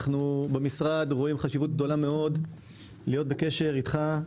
אנחנו במשרד רואים חשיבות גדולה מאוד להיות בקשר איתך,